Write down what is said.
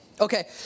Okay